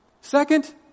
Second